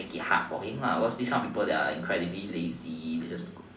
make it hard for him lah cause these kind of people that are incredibly lazy they just